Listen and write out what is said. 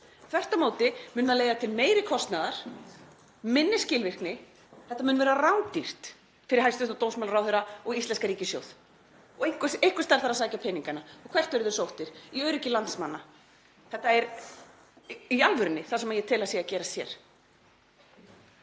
móti mun það leiða til meiri kostnaðar og minni skilvirkni. Þetta mun verða rándýrt fyrir hæstv. dómsmálaráðherra og íslenskan ríkissjóð og einhvers staðar þarf að sækja peningana. Og hvert verða þeir sóttir? Í öryggi landsmanna. Þetta er í alvörunni það sem ég tel að sé að gerast hér.